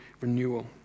renewal